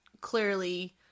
clearly